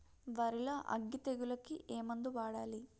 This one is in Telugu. వరిలో అగ్గి తెగులకి ఏ మందు వాడాలి?